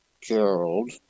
Gerald